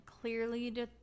clearly